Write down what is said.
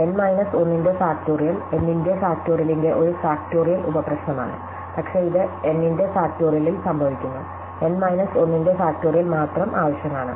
n minus 1 ന്റെ factorial n ന്റെ ഫാക്റ്റോറിയലിന്റെ ഒരു ഫാക്റ്റോറിയൽ ഉപപ്രശ്നമാണ് പക്ഷേ ഇത് n ന്റെ ഫാക്റ്റോറിയലിൽ സംഭവിക്കുന്നു n മൈനസ് 1 ന്റെ ഫാക്റ്റോറിയൽ മാത്രം ആവശ്യമാണ്